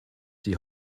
die